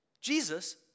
Jesus